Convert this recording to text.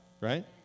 Right